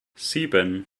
sieben